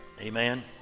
Amen